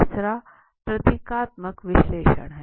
तीसरा प्रतीकात्मक विश्लेषण है